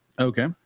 Okay